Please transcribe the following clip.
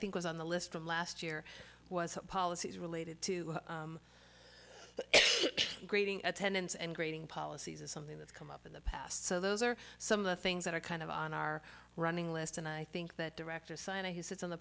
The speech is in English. think was on the list from last year was policies related to grading attendance and grading policies is something that's come up in the past so those are some of the things that are kind of on our running list and i think that director signing who sits on the